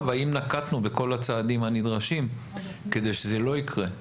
והאם נקטנו בכל הצעדים הנדרשים כדי שזה לא יקרה.